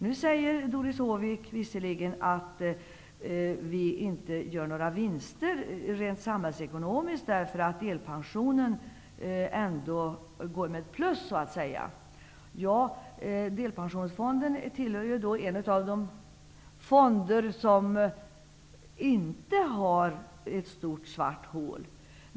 Nu säger Doris Håvik visserligen att vi inte gör några samhällsekonomiska vinster, eftersom delpensionen ändå ger ett plus. Ja, delpensionsfonden är en av de fonder som inte har ett stort svart hål.